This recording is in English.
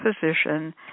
position